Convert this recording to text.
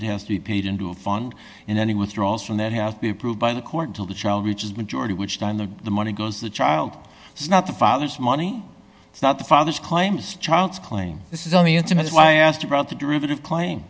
it has to be paid into a fund in any withdrawals from that has to be approved by the court until the child reaches majority which time the the money goes the child is not the father's money it's not the father's claims child's claim this is only intimates why i asked about the derivative claim